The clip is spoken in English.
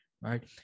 right